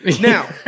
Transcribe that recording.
Now